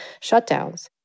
shutdowns